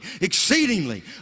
exceedingly